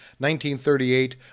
1938